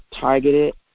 targeted